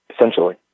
essentially